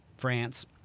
france